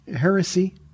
heresy